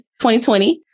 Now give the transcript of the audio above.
2020